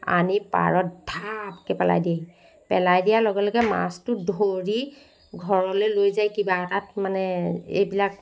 আনি পাৰত ঢাপকৈ পেলাই দিয়েহি পেলাই দিয়া লগে লগে মাছটো ধৰি ঘৰলৈ লৈ যায় কিবা এটাত মানে এইবিলাক